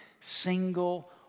Single